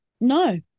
No